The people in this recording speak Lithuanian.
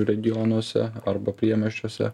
regionuose arba priemiesčiuose